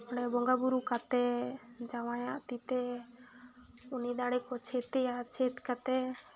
ᱚᱸᱰᱮ ᱵᱚᱸᱜᱟᱼᱵᱩᱨᱩ ᱠᱟᱛᱮᱫ ᱡᱟᱶᱟᱭ ᱟᱜ ᱛᱤ ᱛᱮ ᱩᱱᱤ ᱫᱟᱲᱮ ᱠᱚ ᱪᱷᱟᱹᱛᱮᱭᱟ ᱪᱷᱟᱹᱛ ᱠᱟᱛᱮᱫ